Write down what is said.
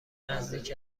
نزدیک